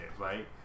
right